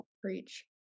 Preach